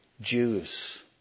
Jews